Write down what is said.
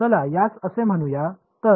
चला यास असे म्हणूया